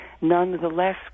Nonetheless